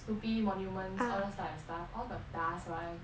Snoopy monuments all those type of stuff all got dust [one]